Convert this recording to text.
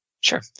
Sure